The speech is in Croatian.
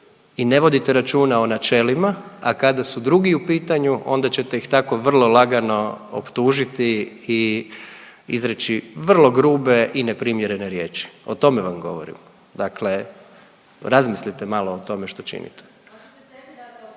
i ne vodite računa o načelima, a kada su drugi u pitanju, onda ćete ih tako vrlo lagano optužiti i izreći vrlo grube i neprimjerene riječi o tome vam govorim, dakle razmislite malo o tome što činite.